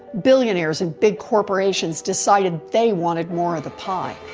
billionaires and big corporations decided they wanted more of the pie.